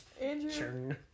andrew